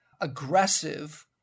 aggressive